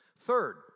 Third